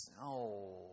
no